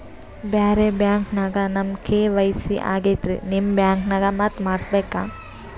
ಬ್ಯಾರೆ ಬ್ಯಾಂಕ ನ್ಯಾಗ ನಮ್ ಕೆ.ವೈ.ಸಿ ಆಗೈತ್ರಿ ನಿಮ್ ಬ್ಯಾಂಕನಾಗ ಮತ್ತ ಮಾಡಸ್ ಬೇಕ?